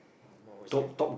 uh what was it again